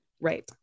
Right